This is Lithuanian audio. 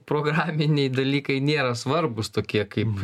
programiniai dalykai nėra svarbūs tokie kaip